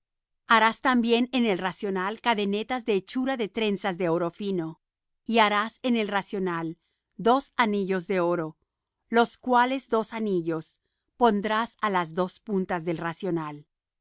harás también en el racional cadenetas de hechura de trenzas de oro fino y harás en el racional dos anillos de oro los cuales dos anillos pondrás á las dos puntas del racional